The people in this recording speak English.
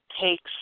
takes